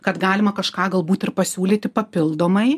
kad galima kažką galbūt ir pasiūlyti papildomai